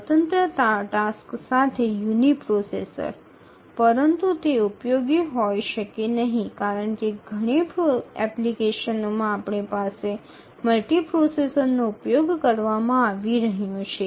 স্বতন্ত্র কাজগুলির সাথে ইউনি প্রসেসর ব্যবহারিক নাও হতে পারে কারণ অনেক অ্যাপ্লিকেশনের জন্য আমাদের মাল্টিপ্রসেসর ব্যবহার করতে হচ্ছে